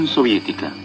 Soviética